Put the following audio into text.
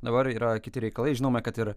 dabar yra kiti reikalai žinome kad ir